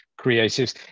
creatives